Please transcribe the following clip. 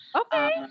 Okay